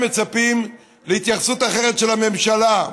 הם מצפים להתייחסות אחרת של הממשלה.